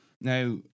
now